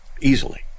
Easily